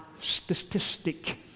statistic